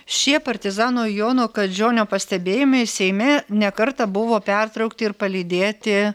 šie partizano jono kadžionio pastebėjimai seime ne kartą buvo pertraukti ir palydėti